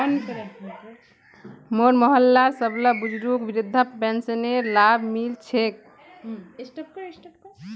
मोर मोहल्लार सबला बुजुर्गक वृद्धा पेंशनेर लाभ मि ल छेक